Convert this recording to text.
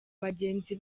bagenzi